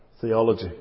theology